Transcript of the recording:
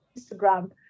Instagram